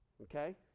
Okay